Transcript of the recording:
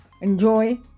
enjoy